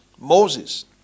Moses